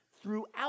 Throughout